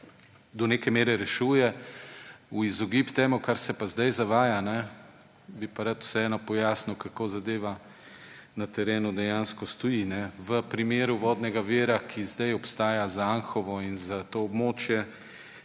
do neke mere rešuje, v izogib temu, kar se pa zdaj zavaja, bi pa rad vseeno pojasnil, kako zadeva na terenu dejansko stoji. V primeru vodnega vira, ki zdaj obstaja za Anhovo in za to območje,